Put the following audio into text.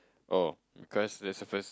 oh because that's the first